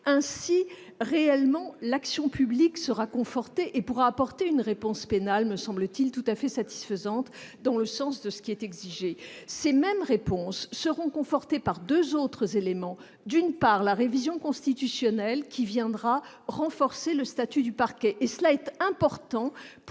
ainsi réellement l'action publique sera confortée et pour apporter une réponse pénale, me semble-t-il tout à fait satisfaisante dans le sens de ce qui est exigé ces mêmes réponses seront confortées par 2 autres éléments : d'une part, la révision constitutionnelle qui viendra renforcer le statut du parquet et cela était important